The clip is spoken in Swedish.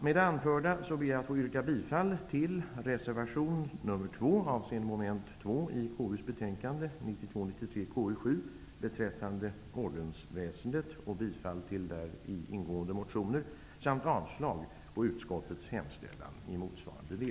Med det anförda yrkar jag bifall till reservation nr 2 under mom. 2, fogad till KU:s betänkande 1992/93:KU7 beträffande ordensväsendet och bifall till däri behandlade motioner samt avslag på utskottets hemställan i motsvarande del.